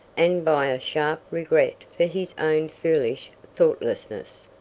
and by a sharp regret for his own foolish thoughtlessness.